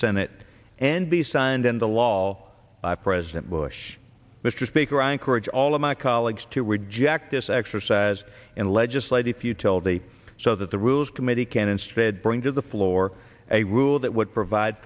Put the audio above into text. senate and be signed into law all i president bush mr speaker i encourage all of my colleagues to reject this exercise in legislative futility so that the rules committee can instead bring to the floor a rule that would provide